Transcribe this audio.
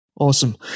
awesome